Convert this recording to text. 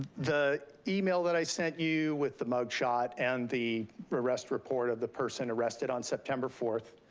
the email that i sent you with the mug shot and the arrest report of the person arrested on september fourth,